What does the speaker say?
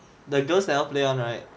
the girls never play one right